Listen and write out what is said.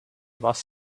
was